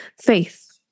faith